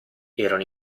erano